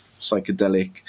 psychedelic